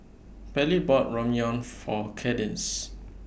Pallie bought Ramyeon For Kadence